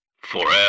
forever